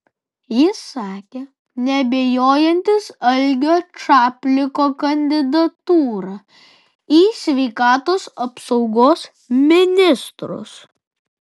jis sakė neabejojantis algio čapliko kandidatūra į sveikatos apsaugos ministrus